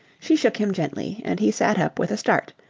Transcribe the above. she shook him gently, and he sat up with a start,